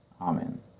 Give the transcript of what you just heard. Amen